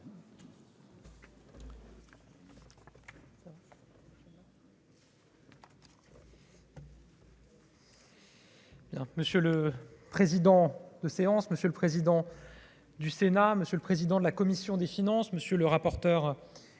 Monsieur le président de séance, monsieur le président du Sénat, monsieur le président de la commission des finances, monsieur le rapporteur